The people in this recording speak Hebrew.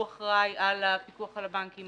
הוא אחראי על הפיקוח על הבנקים,